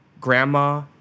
grandma